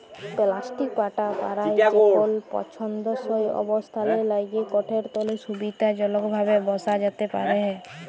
plastic পাটা পারায় যেকল পসন্দসই অবস্থালের ল্যাইগে কাঠেরলে সুবিধাজলকভাবে বসা যাতে পারহে